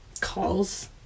calls